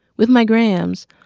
with my grams,